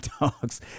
dogs